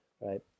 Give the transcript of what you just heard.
right